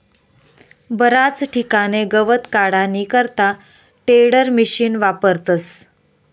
बराच ठिकाणे गवत काढानी करता टेडरमिशिन वापरतस